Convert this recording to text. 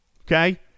Okay